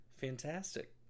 fantastic